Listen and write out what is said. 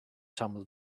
tumble